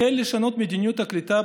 החל לשנות את מדיניות הקליטה,